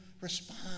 respond